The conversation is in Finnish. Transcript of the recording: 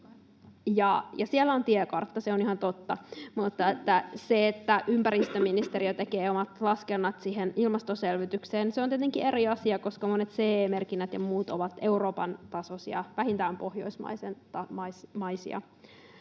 Siellä on tiekartta, se on ihan totta. Mutta se, että ympäristöministeriö tekee omat laskennat siihen ilmastoselvitykseen, on tietenkin eri asia, koska monet CE-merkinnät ja muut ovat Euroopan tasoisia, vähintään pohjoismaisia,